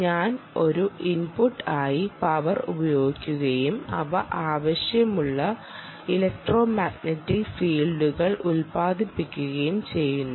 ഞാൻ ഒരു ഇൻപുട്ട് ആയി പവർ ഉപയോഗിക്കുകയും അവ ആവശ്യമുള്ള ഇലക്ട്രോമാഗ്നെറ്റിക് ഫീൽഡുകൾ ഉൽപാദിപ്പിക്കുകയും ചെയ്യുന്നു